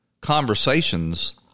conversations